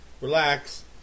relax